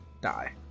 die